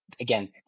again